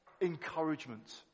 encouragement